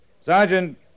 Sergeant